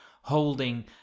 holding